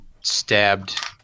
stabbed